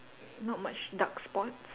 not much dark spots